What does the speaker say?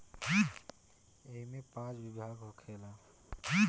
ऐइमे पाँच विभाग होखेला